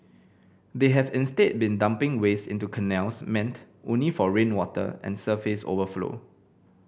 they have instead been dumping waste into canals meant only for rainwater and surface overflow